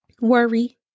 worry